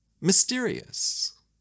mysterious